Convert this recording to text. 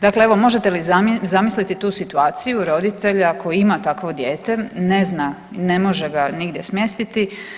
Dakle, evo možete li zamisliti tu situaciju roditelja koji ima takvo dijete ne zna i ne može ga nigdje smjestiti.